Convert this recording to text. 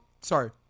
sorry